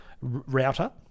router